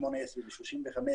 18 עד 35,